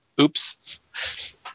Oops